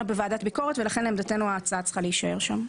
בוועדת ביקורת ולכן לעמדתנו ההצעה צריכה להישאר שם.